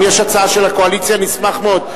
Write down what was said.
אם יש הצעה של הקואליציה אני אשמח מאוד.